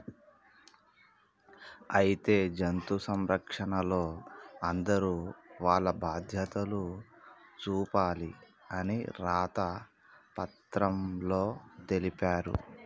అయితే జంతు సంరక్షణలో అందరూ వాల్ల బాధ్యతలు చూపాలి అని రాత పత్రంలో తెలిపారు